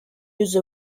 use